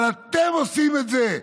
אבל אתם עושים את זה.